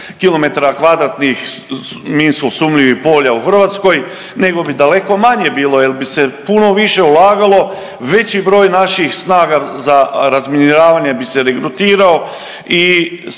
minsko sumnjivih polja u Hrvatskoj nego bi daleko manje bilo jer bi se puno više ulagalo, veći broj naših snaga za razminiravanje bi se regrutirao i